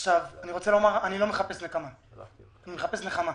אני לא מחפש נקמה, אני מחפש נחמה.